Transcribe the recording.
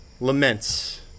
laments